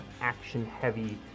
action-heavy